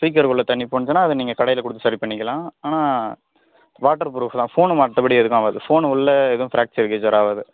speaker உள்ளே தண்ணி போனுச்சுனா அதை நீங்கள் கடையில் கொடுத்து சரி பண்ணிக்கலாம் ஆனால் வாட்டர் ப்ரூப் தான் ஃபோன் மற்ற படி எதுவுமே ஆகாது ஃபோன் உள்ள எதுவும் பிராக்சர் கிராக்சர் ஆகுது